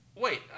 wait